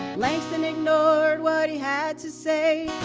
langston ignored what he had to say,